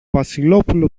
βασιλόπουλο